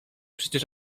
przecież